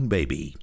Baby